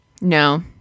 No